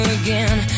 again